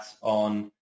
on